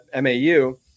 MAU